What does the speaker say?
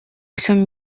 всем